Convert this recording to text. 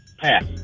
Pass